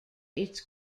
its